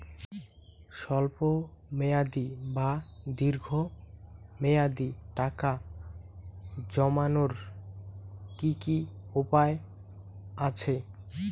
স্বল্প মেয়াদি বা দীর্ঘ মেয়াদি টাকা জমানোর কি কি উপায় আছে?